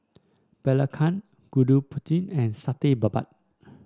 belacan Gudeg Putih and Satay Babat